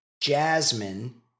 Jasmine